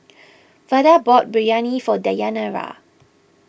Vada bought Biryani for Dayanara